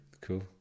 Cool